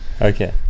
okay